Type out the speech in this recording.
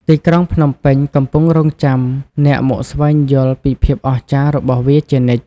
ទីក្រុងភ្នំពេញកំពុងរង់ចាំអ្នកមកស្វែងយល់ពីភាពអស្ចារ្យរបស់វាជានិច្ច។